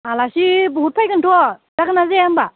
आलासि बहुत फैगोनथ' जागोन ना जाया होनबा